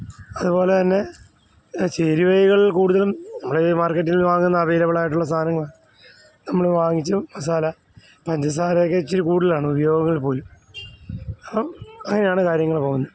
അതുപോലെത്തന്നെ ചേരുവകള് കൂടുതലും നമ്മുടെ ഈ മാര്ക്കറ്റില്നിന്ന് വാങ്ങുന്ന അവൈലബിൾ ആയിട്ടുള്ള സാധനങ്ങൾ നമ്മൾ വാങ്ങിച്ചും മസാല പഞ്ചസാരെയെക്കെ ഇച്ചിരി കൂടുതലാണ് ഉപയോഗങ്ങള് പോലും അങ്ങനെയാണ് കാര്യങ്ങൾ പോവുന്നത്